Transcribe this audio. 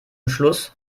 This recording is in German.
schluss